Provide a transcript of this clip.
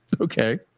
Okay